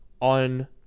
on